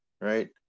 right